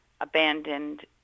abandoned